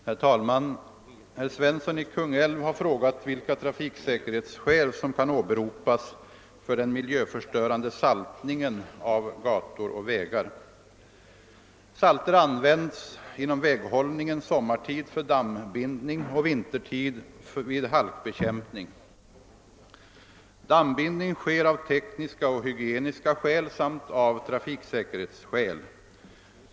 Herr talman! Herr Svensson i Kungälv har frågat vilka trafiksäkerhetsskäl som kan åberopas för den miljöförstörande saltningen av gator och vägar. Salter används inom väghållningen sommartid för dammbindning och vintertid vid halkbekämpning. Dammbindning sker av tekniska och hygieniska skäl samt av trafiksäkerhetsskäl.